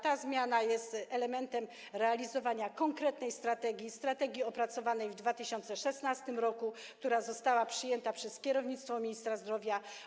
Ta zmiana jest elementem realizowania konkretnej strategii, strategii opracowanej w 2016 r., która została przyjęta przez kierownictwo Ministerstwa Zdrowia.